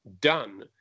done